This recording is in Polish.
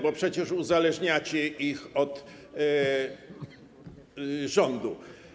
Bo przecież uzależniacie je od rządu.